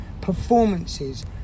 performances